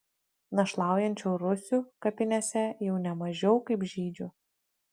našlaujančių rusių kapinėse jau ne mažiau kaip žydžių